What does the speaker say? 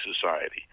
society